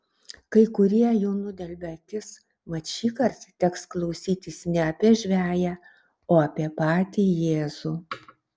kai kurie jų nudelbia akis mat šįkart teks klausytis ne apie žveję o apie patį jėzų